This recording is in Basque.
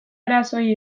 arazoei